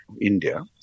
India